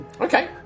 Okay